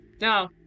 no